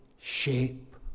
shape